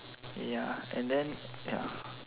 ya and then ya